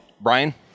Brian